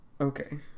Okay